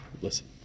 listen